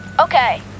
Okay